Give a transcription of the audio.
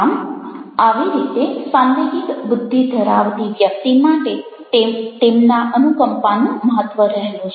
આમ આવી રીતે સાંવેગિક બુદ્ધિ ધરાવતી વ્યક્તિ માટે તેનામાં અનુકંપાનું મહત્વ રહેલું છે